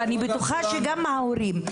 ואני בטוחה שגם ההורים,